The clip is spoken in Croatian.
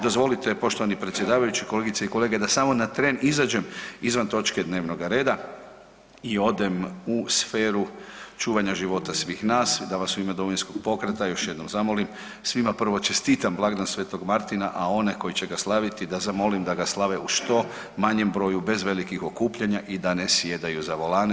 Dozvolite poštovani predsjedavajući, kolegice i kolege da samo na tren izađem izvan točke dnevnoga reda i odem u sferu čuvanja života svih nas da vas u ime Domovinskog pokreta još jednom zamolim svima prvo čestitam blagdan Svetog Martina, a one koji će ga slaviti da zamolim da ga slave u što manjem broju bez velikih okupljanja i da ne sjedaju za volane.